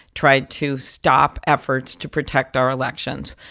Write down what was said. tried to stop efforts to protect our elections.